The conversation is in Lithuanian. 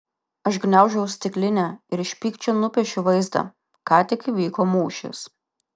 aš gniaužau stiklinę ir iš pykčio nupiešiu vaizdą ką tik įvyko mūšis